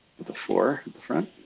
the floor, the front.